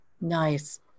Nice